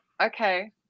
Okay